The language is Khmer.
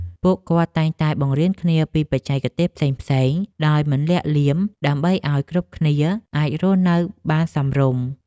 ពួកគាត់តែងតែបង្រៀនគ្នាពីបច្ចេកទេសផ្សេងៗដោយមិនលាក់លៀម ដើម្បីឱ្យគ្រប់គ្នាអាចរស់នៅបានសមរម្យ។